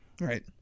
Right